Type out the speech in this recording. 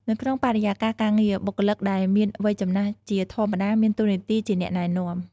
នៅក្នុងបរិយាកាសការងារ បុគ្គលិកដែលមានវ័យចំណាស់ជាធម្មតាមានតួនាទីជាអ្នកណែនាំ។